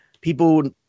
people –